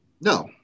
no